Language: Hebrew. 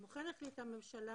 כמו כן החליטה הממשלה,